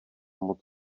moc